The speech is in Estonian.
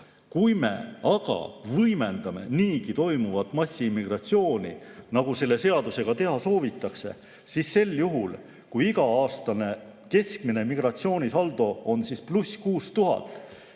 Kui me aga võimendame niigi toimuvat massiimmigratsiooni, nagu selle seadusega teha soovitakse, siis sel juhul, kui iga-aastane keskmine migratsioonisaldo on +6000, ootab